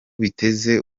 biteze